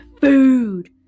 food